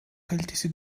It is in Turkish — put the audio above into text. kalitesi